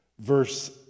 Verse